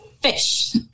fish